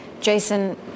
Jason